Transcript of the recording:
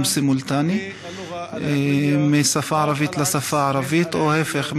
סימולטני מהשפה הערבית לשפה העברית או להפך,